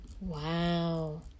Wow